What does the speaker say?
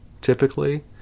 typically